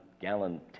gallon